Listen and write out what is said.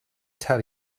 tell